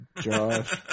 Josh